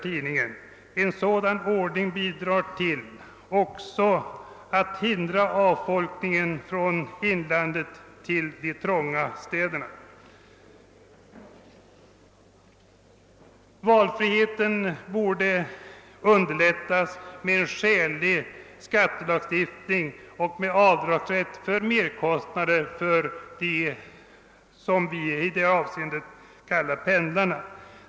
En sådan ordning bidrar också till att hindra avfolkningen från inlandet till de trånga städerna.» Valfriheten borde underlättas genom en skälig skattelagstiftning och med avdragsrätt för merkostnader för dem som vi i det här avseendet kallar pendlarna.